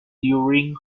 during